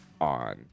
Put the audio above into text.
on